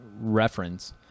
reference